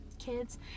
kids